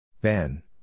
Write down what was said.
Ben